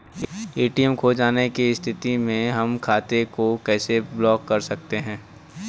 ATM खो जाने की स्थिति में हम खाते को कैसे ब्लॉक कर सकते हैं?